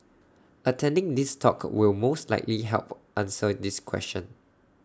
attending this talk will most likely help answer this question